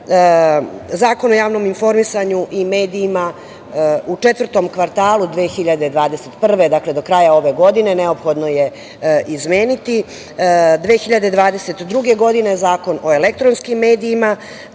o javnom informisanju i medija, u četvrtom kvartalu 2021. godine, do kraja ove godine, neophodno je izmeniti, a 2022. godine, zakon o elektronskim medijima,